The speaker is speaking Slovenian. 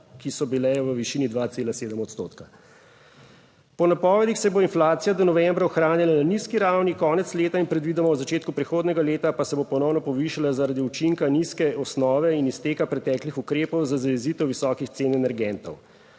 ki so bile v višini 2,7 odstotka. Po napovedih se bo inflacija do novembra ohranjala na nizki ravni, konec leta in predvidoma v začetku prihodnjega leta pa se bo ponovno povišala zaradi učinka nizke osnove in izteka preteklih ukrepov za zajezitev visokih cen energentov.